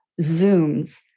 zooms